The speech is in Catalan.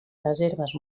reserves